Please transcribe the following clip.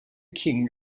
king